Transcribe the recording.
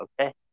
Okay